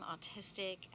autistic